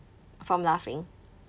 from laughing